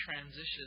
transitions